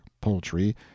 poultry